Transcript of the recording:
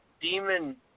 Demon